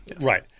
right